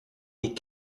wie